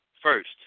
First